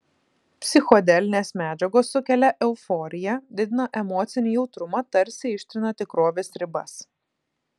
psichodelinės medžiagos sukelia euforiją didina emocinį jautrumą tarsi ištrina tikrovės ribas